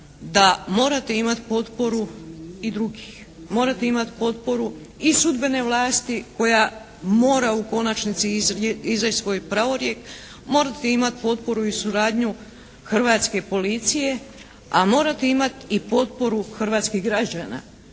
da morate imati potporu i drugih. Morate imati potporu i sudbene vlasti koja mora u konačnici izreći svoj pravorijek, morate imati potporu i suradnju Hrvatske Policije, a morate imat i potporu hrvatskih građana.